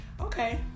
Okay